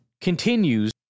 continues